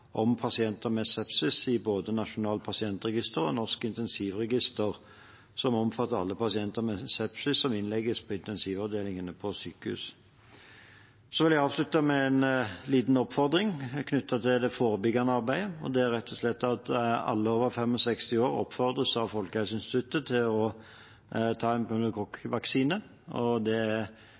om pasienter med sepsis i både Norsk pasientregister og Norsk intensivregister, som omfatter alle pasienter med sepsis som innlegges på intensivavdelingene på sykehus. Jeg vil avslutte med en liten oppfordring knyttet til det forebyggende arbeidet: Alle over 65 år oppfordres av Folkehelseinstituttet til å ta en pneumokokkvaksine for å hindre lungebetennelse, som er